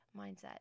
mindset